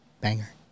Banger